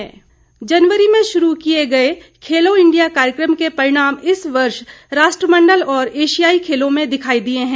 खेल मंत्री जनवरी में शुरू किए गए खेलों इंडिया कार्यक्रम के परिणाम इस वर्ष राष्ट्रमंडल और एशियाई खेलों में दिखाई दिए हैं